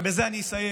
ובזה אני אסיים,